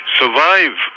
survive